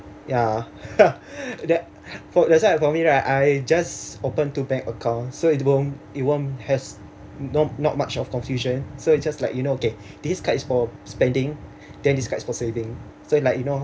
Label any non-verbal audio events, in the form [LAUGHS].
ya [LAUGHS] that that's why for me right I just open two bank account so it won't it won't has not not much of confusion so it just like you know okay this card is for spending then this card is for saving so like you know